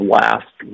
last